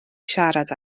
siarad